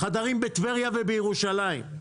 חדרים בטבריה ובירושלים.